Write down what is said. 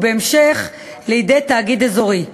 ובהמשך לידי תאגיד אזורי.